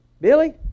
Billy